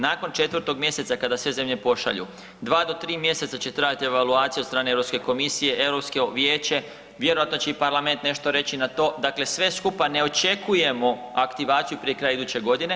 Nakon 4. mjeseca kada sve zemlje pošalju, 2 do 3 mjeseca će trajati evaluacija od strane Europske komisije, Europsko vijeće, vjerojatno će i parlament nešto reći na to, dakle sve skupa ne očekujemo aktivaciju prije kraja iduće godine.